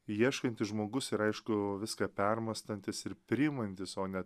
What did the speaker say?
ieškantis žmogus ir aišku viską permąstantis ir priimantis o ne